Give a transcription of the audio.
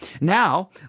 Now